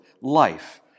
life